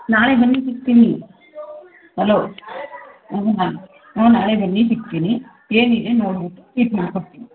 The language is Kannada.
ನಾಳೆ ಬನ್ನಿ ಸಿಗ್ತೀನಿ ಹಲೋ ಹ್ಞೂನಮ್ಮ ಹ್ಞೂ ನಾಳೆ ಬನ್ನಿ ಸಿಗ್ತೀನಿ ಏನಿದೆ ನೋಡ್ಬಿಟ್ಟು ಟ್ರೀಟ್ಮೆಂಟ್ ಕೊಡ್ತೀನಿ